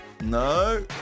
No